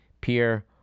Pierre